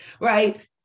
right